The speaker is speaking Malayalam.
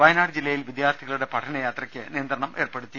വയനാട് ജില്ലയിൽ വിദ്യാർഥികളുടെ പഠന യാത്രയ്ക്ക് നിയന്ത്രണം ഏർപ്പെ ടുത്തി